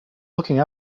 looking